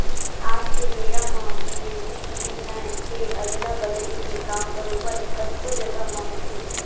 आज के बेरा म बिदेसी बिनिमय के अदला बदली के काम बरोबर कतको जघा म होथे